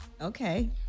Okay